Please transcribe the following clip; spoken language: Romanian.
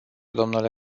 dle